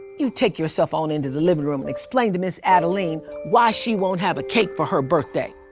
you take yourself on into the living room and explain to miz adeline why she won't have cake for her birthday.